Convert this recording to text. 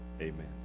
Amen